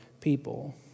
people